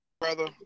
brother